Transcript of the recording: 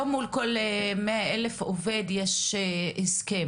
לא מול כל מאה אלף עובד יש הסכם.